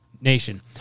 nation